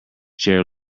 chair